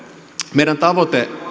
meidän tavoitteemme